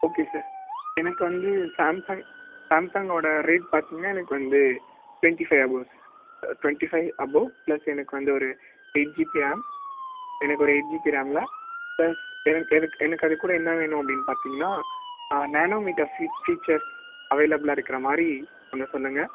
okay sir எனக்கு வந்து Samsung சாம்சங்கோட ரேட் பார்த்திங்கனா எனக்கு வந்து twenty five above sir twenty five above plus எனக்கு வந்து ஒரு எயிட் ஜிபி ராம் எனக்கு ஒரு எயிட் ஜிபி ராம்ல பிளஸ் எனக் எனக்கு எனக்கு அதுக்கூட என்ன வேணும் அப்படின்னு பார்த்திங்கனா ஆ நேனோ மீட்டர் ஃபியூச் ஃபியூச்சர் அவைளபுலாக இருக்கிறா மாதிரி கொஞ்சம் சொல்லுங்கள்